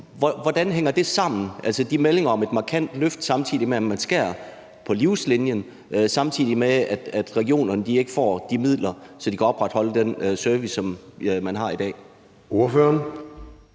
Hvordan hænger det sammen, altså at der er de meldinger om et markant løft, samtidig med at man skærer på Livslinien, og samtidig med at regionerne ikke får de midler, så de kan opretholde den service, som de har i dag? Kl.